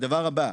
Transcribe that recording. הדבר הבא,